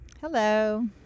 Hello